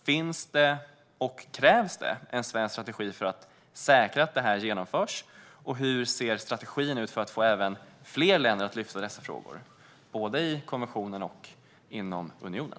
Finns det och krävs det en svensk strategi för att säkra att det här genomförs, och hur ser strategin ut för att få fler länder att lyfta upp dessa frågor både i kommissionen och i unionen?